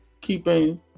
keeping